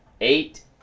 eight